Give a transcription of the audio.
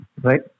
right